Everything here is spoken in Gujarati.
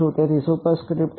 તેથી સુપર સ્ક્રિપ્ટ છે